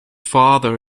father